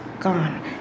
gone